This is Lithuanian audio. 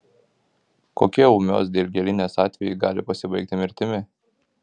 kokie ūmios dilgėlinės atvejai gali pasibaigti mirtimi